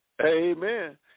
Amen